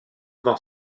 dans